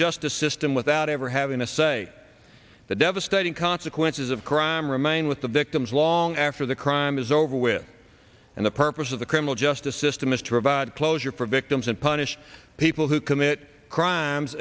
justice system without ever having a say the devastating consequences of crime remain with the victims long after the crime is over with and the purpose of the criminal justice system is to provide closure for victims and punish people who commit crimes